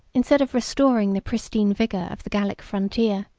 instead of restoring the pristine vigor of the gallic frontier,